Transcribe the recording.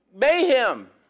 Mayhem